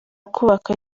kubakwa